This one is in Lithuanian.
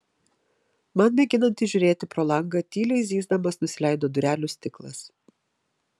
man mėginant įžiūrėti pro langą tyliai zyzdamas nusileido durelių stiklas